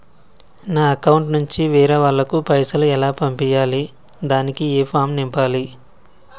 నా అకౌంట్ నుంచి వేరే వాళ్ళకు పైసలు ఎలా పంపియ్యాలి దానికి ఏ ఫామ్ నింపాలి?